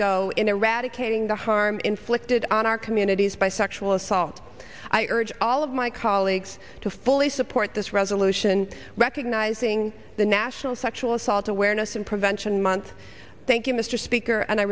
go in eradicating the harm inflicted on our communities by sexual assault i urge all of my colleagues to fully support this resolution recognizing the national sexual assault awareness and prevention month thank you mr speaker and i